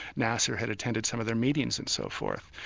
nasser had attended some of their meetings, and so forth.